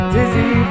Dizzy